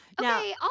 Okay